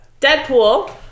Deadpool